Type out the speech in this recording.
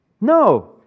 No